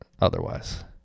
otherwise